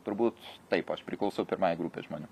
turbūt taip aš priklauso pirmai grupei žmonių